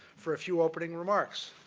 for a few opening remarks.